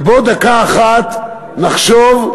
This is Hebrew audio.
ובואו דקה אחת נחשוב,